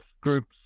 groups